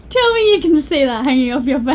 tell me you can see that hanging off your but